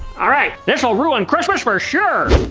alright, this will ruin christmas for sure.